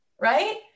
Right